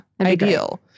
ideal